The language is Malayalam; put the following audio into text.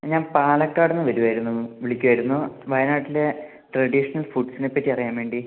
ഞാൻ പാലക്കാടിൽ നിന്ന് വരുവായിരുന്നു വിളിക്കുവായിരുന്നു വയനാട്ടിലെ ട്രഡീഷണൽ ഫുഡ്സിനെപ്പറ്റി അറിയാൻ വേണ്ടി